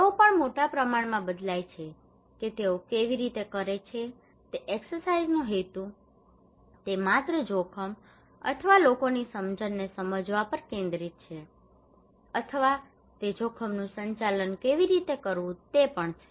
તેઓ પણ મોટા પ્રમાણમાં બદલાય છે કે તેઓ કેવી રીતે કરે છે તે એક્ષરસાઇઝનો હેતુ તે માત્ર જોખમ અથવા લોકોની સમજને સમજવા પર કેન્દ્રિત છે અથવા તે જોખમનું સંચાલન કેવી રીતે કરવું તે પણ છે